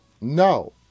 no